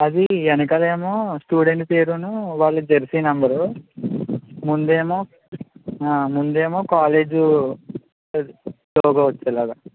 అదీ వెనకాల ఏమో స్టూడెంట్ పేరును వాళ్ళ జెర్సీ నంబరు ముందేమో ముందేమో కాలేజు లోగో వచ్చేలాగా